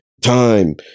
Time